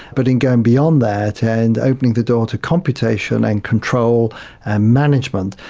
but in going beyond that and opening the door to computation and control and management.